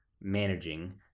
managing